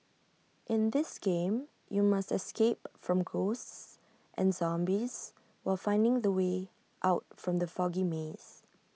in this game you must escape from ghosts and zombies while finding the way out from the foggy maze